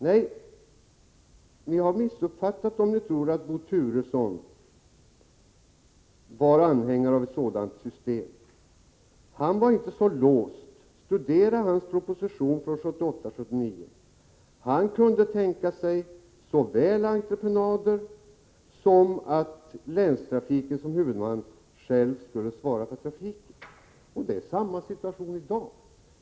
Nej, ni har missuppfattat om ni tror att Bo Turesson var anhängare av ett sådant system. Han var inte så låst. Studera hans proposition från 1978/79! Han kunde tänka sig såväl entreprenader som att länstrafiken som huvudman själv skulle svara för trafiken. Och det är samma situation i dag.